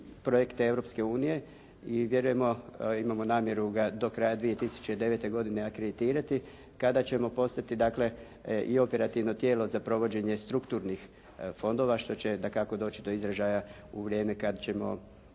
projekte Europske unije i vjerujemo, imamo namjeru ga do kraja 2009. godine akreditirati, kada ćemo postati dakle i operativno tijelo za provođenje strukturnih fondova što će dakako doći do izražaja u vrijeme kad ćemo